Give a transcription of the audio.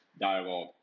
dialogue